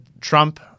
Trump